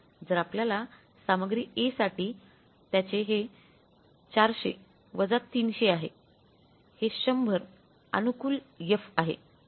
जर आपल्याला सामग्री A साठी त्याचे हे400 300 आहे हे 100 अनुकूल F आहे